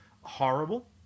horrible